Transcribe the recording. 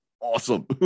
awesome